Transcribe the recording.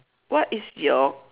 what is your